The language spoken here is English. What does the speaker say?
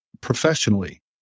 professionally